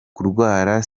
kurwara